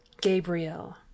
Gabriel